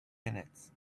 minutes